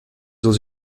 dans